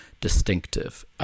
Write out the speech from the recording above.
distinctive